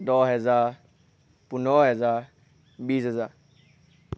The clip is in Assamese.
দহ হেজাৰ পোন্ধৰ হেজাৰ বিছ হেজাৰ